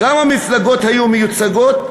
כמה מפלגות היו מיוצגות?